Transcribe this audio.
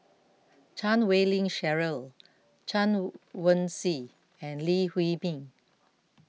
Chan Wei Ling Cheryl Chen Wen Hsi and Lee Huei Min